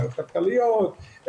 בעיות כלכליות,